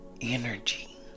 energy